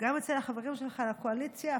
גם אצל החברים שלך לקואליציה,